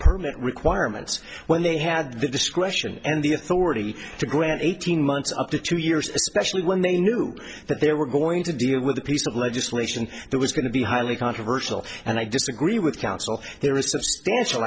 permit requirements when they had the discretion and the authority to grant eighteen months up to two years especially when they knew that they were going to deal with a piece of legislation that was going to be highly controversial and i disagree with counsel there is s